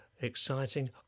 exciting